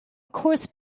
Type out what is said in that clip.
course